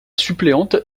suppléante